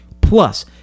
plus